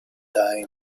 time